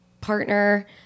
partner